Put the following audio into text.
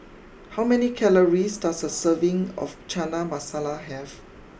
how many calories does a serving of Chana Masala have